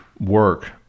work